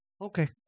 Okay